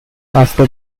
after